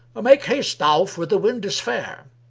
make haste, thou, for the wind is fair